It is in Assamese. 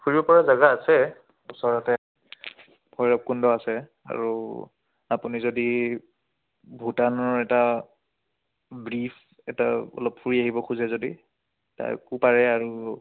ফুৰিবপৰা জেগা আছে ওচৰতে ভৈৰৱকুণ্ড আছে আৰু আপুনি যদি ভূটানৰ এটা ব্ৰিফ এটা অলপ ফুৰি আহিব খোজে যদি তাকো পাৰে আৰু